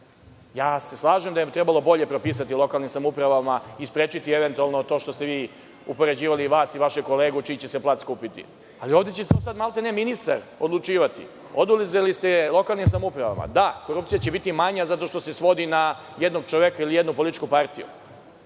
Ja se slažem da je trebalo bolje propisati lokalnim samoupravama i sprečiti eventualno to što ste vi upoređivali vas i vašeg kolegu čiji će se plac kupiti. Ali, ovde će odsad, maltene, ministar odlučivati. Oduzeli ste lokalnim samoupravama. Da, korupcija će biti manja, zato što se svodi na jednog čoveka ili jednu političku partiju,